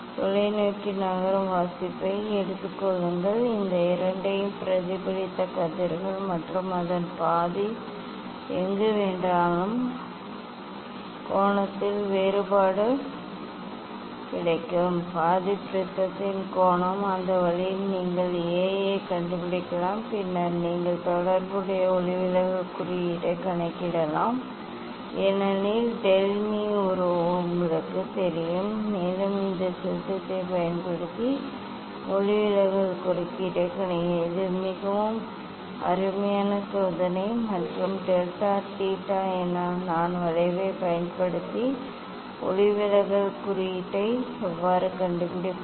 தொலைநோக்கி நகரும் வாசிப்பை எடுத்துக் கொள்ளுங்கள் இந்த இரண்டையும் பிரதிபலித்த கதிர்கள் மற்றும் அதன் பாதி எங்கு வேண்டுமானாலும் கோணத்தில் வேறுபாடு கிடைக்கும் பாதி ப்ரிஸத்தின் கோணம் அந்த வழியில் நீங்கள் A ஐக் கண்டுபிடிக்கலாம் பின்னர் நீங்கள் தொடர்புடைய ஒளிவிலகல் குறியீட்டைக் கணக்கிடுகிறீர்கள் ஏனெனில் டெல் மீ ஒரு உங்களுக்குத் தெரியும் மேலும் இந்த சூத்திரத்தைப் பயன்படுத்தி ஒளிவிலகல் குறியீட்டைக் கணக்கிடுகிறீர்கள் இது மிகவும் அருமையான சோதனை மற்றும் டெல்டா தீட்டா நான் வளைவைப் பயன்படுத்தி ஒளிவிலகல் குறியீட்டை எவ்வாறு கண்டுபிடிப்பது